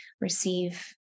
receive